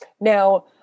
Now